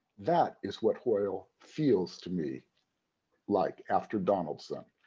that is what hoyle feels to me like after donaldson.